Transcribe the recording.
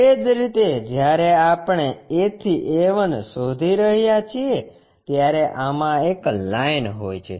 એ જ રીતે જ્યારે આપણે A થી A 1 શોધી રહ્યા છીએ ત્યારે આમાં એક લાઈન હોય છે